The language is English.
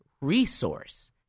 resource